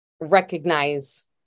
recognize